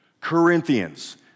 Corinthians